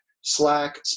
Slack